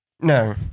No